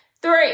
Three